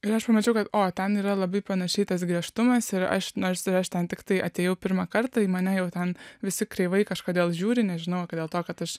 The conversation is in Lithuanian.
ir aš pamačiau kad o ten yra labai panašiai tas griežtumas ir aš nors aš ten tiktai atėjau pirmą kartą į mane jau ten visi kreivai kažkodėl žiūri nežinojau kad dėl to kad aš